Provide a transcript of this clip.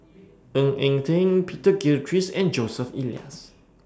Ng Eng Teng Peter Gilchrist and Joseph Elias